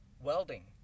welding